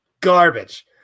garbage